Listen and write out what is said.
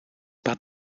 par